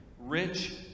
Rich